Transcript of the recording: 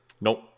nope